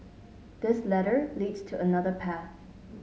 this ladder leads to another path